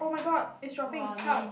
oh-my-god it's dropping help